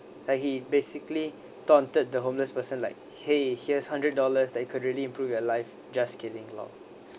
and he basically taunted the homeless person like !hey! here's hundred dollars that you could really improve your life just kidding LOL